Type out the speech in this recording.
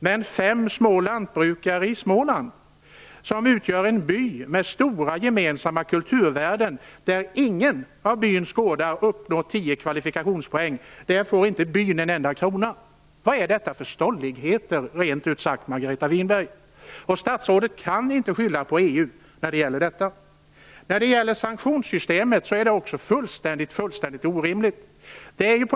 Men om fem små lantbrukare i Småland utgör en by med stora gemensamma kulturvärden och ingen av byns gårdar får tio kvalifikationspoäng, får inte byn en enda krona. Vad är detta för stolligheter, Margareta Winberg? Statsrådet kan inte skylla på EU. Också sanktionssystemet är fullständigt orimligt.